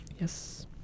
Yes